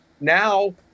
now